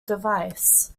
device